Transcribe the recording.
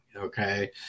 Okay